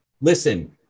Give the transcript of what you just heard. listen